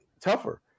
tougher